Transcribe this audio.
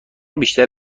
بیشتر